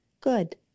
good